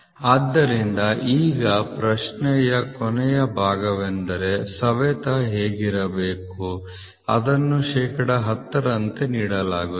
ಆದ್ದರಿಂದ ಈಗ ಪ್ರಶ್ನೆಯ ಕೊನೆಯ ಭಾಗವೆಂದರೆ ಸವೆತ ಹೇಗಿರಬೇಕು ಅದನ್ನು ಶೇಕಡಾ 10 ರಂತೆ ನೀಡಲಾಗುತ್ತದೆ